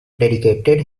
dedicated